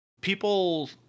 People